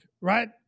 right